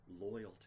loyalty